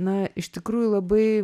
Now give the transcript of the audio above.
na iš tikrųjų labai